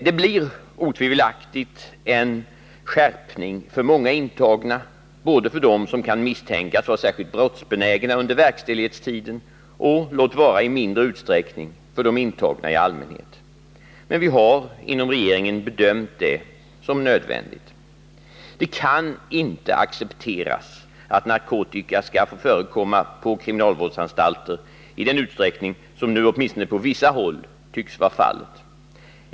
Det blir otvivelaktigt en skärpning för många intagna, både för dem som kan misstänkas vara särskilt brottsbenägna under verkställighetstiden och, låt vara i mindre utsträckning, för de intagna i allmänhet. Men vi har inom regeringen bedömt detta som nödvändigt. Det kan inte accepteras att narkotika skall få förekomma på kriminalvårdsanstalter i den utsträckning som nu åtminstone på vissa håll tycks vara fallet.